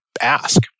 ask